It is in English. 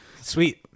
Sweet